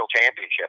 championship